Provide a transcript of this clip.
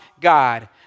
God